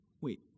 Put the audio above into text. wait